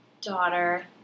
Daughter